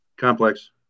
complex